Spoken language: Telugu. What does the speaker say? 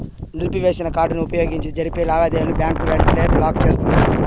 నిలిపివేసిన కార్డుని వుపయోగించి జరిపే లావాదేవీలని బ్యాంకు వెంటనే బ్లాకు చేస్తుంది